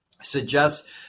Suggests